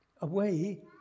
away